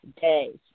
days